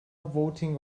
voting